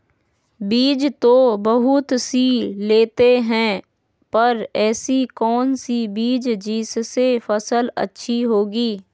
बीज तो बहुत सी लेते हैं पर ऐसी कौन सी बिज जिससे फसल अच्छी होगी?